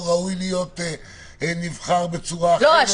לא ראוי להיות נבחר בצורה אחרת,